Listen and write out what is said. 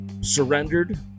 surrendered